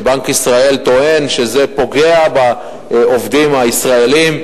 שבנק ישראל טוען שזה פוגע בעובדים הישראלים.